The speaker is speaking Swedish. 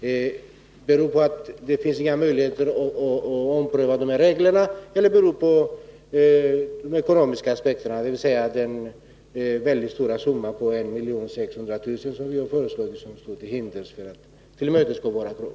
Bakgrunden är alltså att det inte finns möjligheter att ompröva reglerna och de ekonomiska aspekterna, dvs. att den mycket stora summan 1 600 000 står som hinder för att tillmötesgå våra krav.